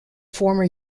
former